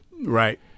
Right